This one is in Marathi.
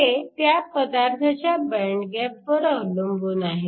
ते त्या पदार्थाच्या बँड गॅपवर अवलंबून आहे